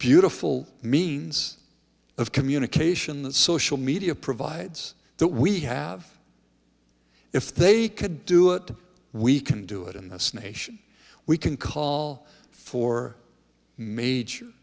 beautiful means of communication that social media provides that we have if they could do it we can do it in this nation we can call for major